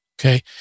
Okay